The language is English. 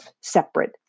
separate